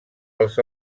els